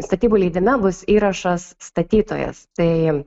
statybų leidime bus įrašas statytojas tai